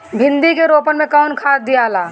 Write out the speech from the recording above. भिंदी के रोपन मे कौन खाद दियाला?